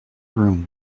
room